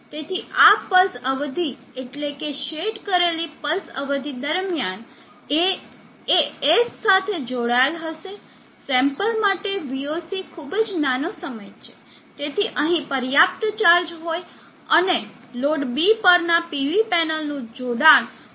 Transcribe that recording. તેથી આ પલ્સ અવધિ એટલે કે શેડ કરેલી પલ્સ અવધિ દરમિયાન A એ S સાથે જોડાયેલ હશે સેમ્પલ માટે voc ખૂબ જ નાનો છે જેથી અહીં પર્યાપ્ત ચાર્જ હોય અને લોડ B પરના PV પેનલનું જોડાણ કાઢવાનુંચૂકી ન શકે